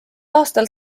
aastal